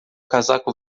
casaco